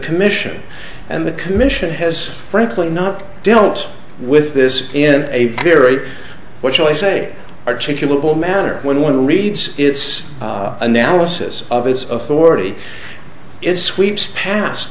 commission and the commission has frankly not dealt with this in a very what shall i say articulable manner when one reads its analysis of its authority its sweeps past